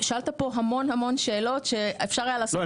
שאלת פה המון המון שאלות שאפשר היה --- לא,